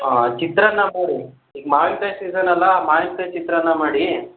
ಹಾಂ ಚಿತ್ರಾನ್ನ ಮಾಡಿ ಈಗ ಮಾವಿನ್ಕಾಯಿ ಸೀಸನ್ ಅಲ್ಲಾ ಮಾವಿನ್ಕಾಯಿ ಚಿತ್ರಾನ್ನ ಮಾಡಿ